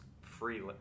free